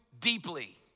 deeply